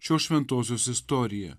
šios šventosios istorija